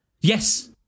Yes